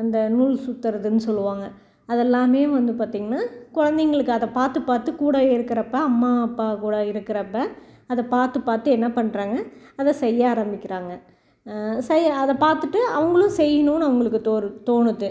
அந்த நூல் சுற்றறதுன்னு சொல்லுவாங்க அதெல்லாமே வந்து பார்த்தீங்கன்னா குழந்தைங்களுக்கு அதை பார்த்து பார்த்து கூடவே இருக்கிறப்ப அம்மா அப்பா கூட இருக்கிறப்ப அதை பார்த்து பார்த்து என்ன பண்ணுறாங்க அதை செய்ய ஆரமிக்கிறாங்க செய் அதை பார்த்துட்டு அவங்களும் செய்யணுன்னு அவங்களுக்கு தோறு தோணுது